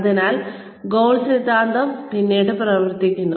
അതിനാൽ ഗോൾ സിദ്ധാന്തം പിന്നീട് പ്രവർത്തിക്കുന്നു